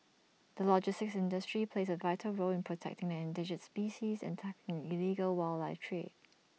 the logistics industry plays A vital role in protecting the endangered species and tackling the illegal wildlife trade